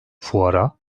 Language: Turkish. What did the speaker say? fuara